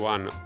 One